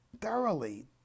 thoroughly